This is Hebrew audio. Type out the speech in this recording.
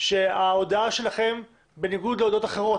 שההודעה שלכם, בניגוד להודעות אחרות,